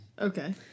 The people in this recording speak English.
Okay